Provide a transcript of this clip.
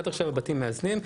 עד עכשיו הבתים המאזנים,